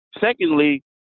Secondly